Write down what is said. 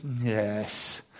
Yes